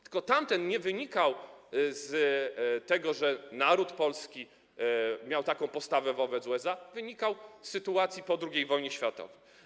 Tylko tamten nie wynikał z tego, że naród polski miał taką postawę wobec USA - wynikał z sytuacji po II wojnie światowej.